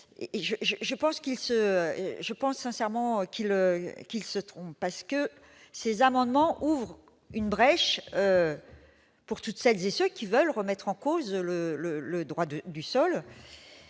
Je pense sincèrement qu'il se trompe, car ils ouvrent une brèche pour toutes celles et tous ceux qui veulent remettre en cause le droit du sol.